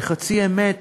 וחצי אמת